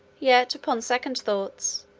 yet, upon second thoughts,